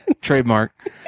trademark